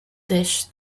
dish